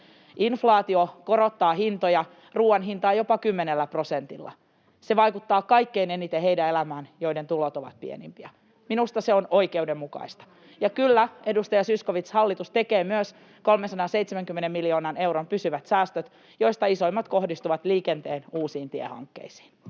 Inflaatio korottaa hintoja, ruuan hintaa jopa 10 prosentilla. Se vaikuttaa kaikkein eniten niiden elämään, joiden tulot ovat pienimpiä. Minusta se on oikeudenmukaista. [Pia Viitanen: Juuri näin, se on oikeudenmukaista!] Ja kyllä, edustaja Zyskowicz, hallitus tekee myös 370 miljoonan euron pysyvät säästöt, joista isoimmat kohdistuvat liikenteen uusiin tiehankkeisiin.